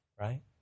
right